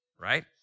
right